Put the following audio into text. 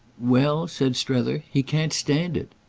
well, said strether, he can't stand it.